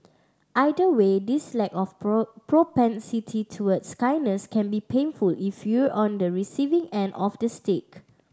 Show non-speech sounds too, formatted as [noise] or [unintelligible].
either way this lack of [unintelligible] propensity towards kindness can be painful if you're on the receiving end of the stick